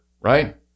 right